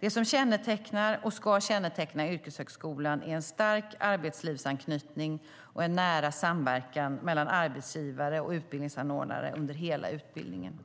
Det som kännetecknar och ska känneteckna yrkeshögskolan är en stark arbetslivsanknytning och en nära samverkan mellan arbetsgivare och utbildningsanordnare under hela utbildningen.